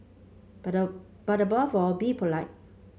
but but above all be polite